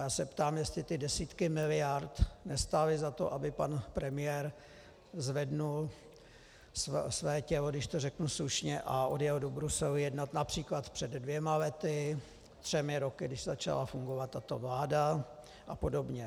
Já se ptám, jestli ty desítky miliard nestály za to, aby pan premiér zvedl své tělo, když to řeknu slušně, a odjel do Bruselu jednat například před dvěma lety, třemi roky, když začala fungovat tato vláda, apod.